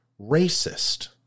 racist